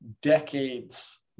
decades